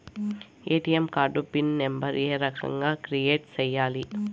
ATM card pin number ఏ రకంగా create సేయాలి